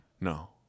No